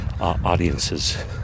audiences